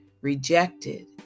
Rejected